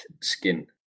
skin